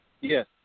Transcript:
Yes